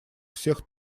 всех